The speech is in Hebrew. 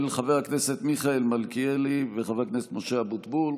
של חבר הכנסת מיכאל מלכיאלי וחבר הכנסת משה אבוטבול.